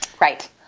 Right